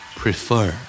PREFER